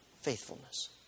faithfulness